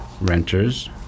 renters